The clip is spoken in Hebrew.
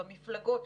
במפלגות,